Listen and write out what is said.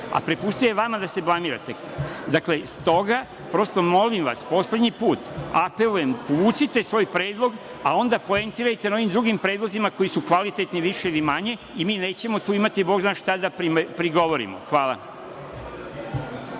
prepustio je vama da se blamirate. Poslednji put vas molim, apelujem, povucite svoj predlog, pa onda poentirajte na ovim drugim predlozima koji su kvalitetni više ili manje i mi tu nećemo imati bog zna šta da prigovorimo. Hvala.